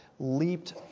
leaped